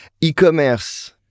E-commerce